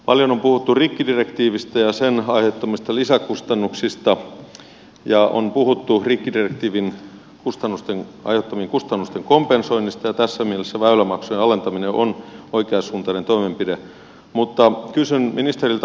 paljon on puhuttu rikkidirektiivistä ja sen aiheuttamista lisäkustannuksista ja on puhuttu rikkidirektiivin aiheuttamien kustannusten kompensoinnista ja tässä mielessä väylämaksujen alentaminen on oikeansuuntainen toimenpide mutta kysyn ministeriltä